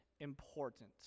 important